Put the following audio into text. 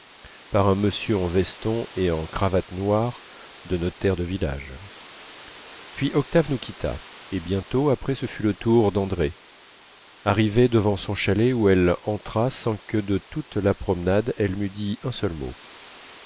par un monsieur en veston et en cravate noire de notaire de village puis octave nous quitta et bientôt après ce fut le tour d'andrée arrivée devant son chalet où elle entra sans que de toute la promenade elle m'eût dit un seul mot